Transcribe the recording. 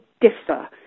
differ